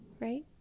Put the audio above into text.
right